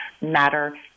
matter